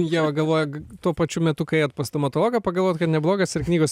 jo galvoju tuo pačiu metu kai ėjot pas stomatologą pagalvojot kad neblogas ir knygos